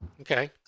Okay